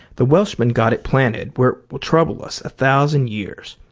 the welshman got it planted where it will trouble us a thousand years.